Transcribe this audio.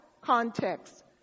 context